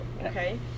okay